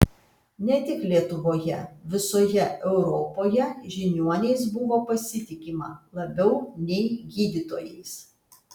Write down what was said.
ne tik lietuvoje visoje europoje žiniuoniais buvo pasitikima labiau nei gydytojais